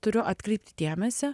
turiu atkreipti dėmesį